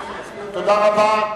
תודה רבה.